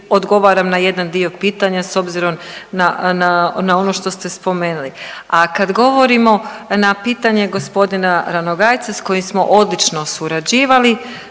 odgovaram na jedan dio pitanja s obzirom na, na ono što ste spomenuli. A kad govorimo na pitanje gospodina Ranogajeca s kojim smo odlično surađivali